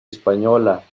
española